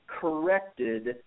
corrected